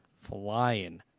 flying